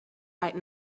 right